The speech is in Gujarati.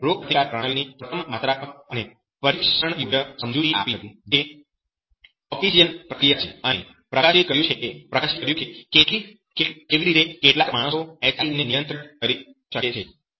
તેમણે રોગપ્રતિકારક પ્રણાલી ની પ્રથમ માત્રાત્મક અને પરીક્ષણયોગ્ય સમજૂતી આપી હતી જે ઓપ્ટિશિયન પ્રક્રિયા છે અને પ્રકાશિત કર્યું કે કેવી રીતે કેટલાક માણસો HIV ને નિયંત્રિત કરી શકે છે